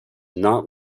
not